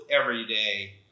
everyday